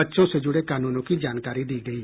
बच्चों से जुड़े कानूनों की जानकारी दी गयी